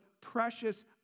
precious